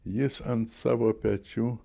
jis ant savo pečių